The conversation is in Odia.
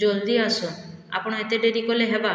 ଜଲ୍ଦି ଆସ ଆପଣ ଏତେ ଡେରି କଲେ ହେବା